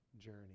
journey